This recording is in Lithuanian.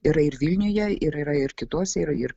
yra ir vilniuje ir yra ir kituose yra ir